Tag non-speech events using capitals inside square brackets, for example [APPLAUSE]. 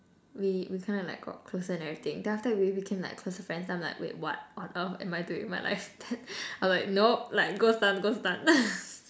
we we kind of like got closer and everything then after that we became like closer friends then I'm like wait what on earth am I doing with my life [LAUGHS] then I'm like nope like gostan gostan [LAUGHS]